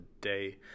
day